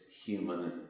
human